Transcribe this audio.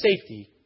safety